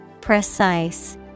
precise